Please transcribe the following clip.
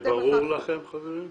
זה ברור לכם, חברים?